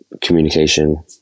communication